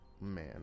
Man